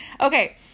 Okay